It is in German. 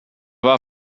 war